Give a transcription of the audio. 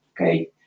Okay